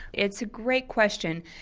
it's a great question.